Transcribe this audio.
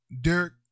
Derek